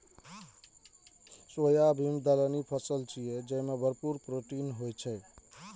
soybean दलहनी फसिल छियै, जेमे भरपूर प्रोटीन होइ छै